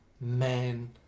man